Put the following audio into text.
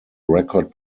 record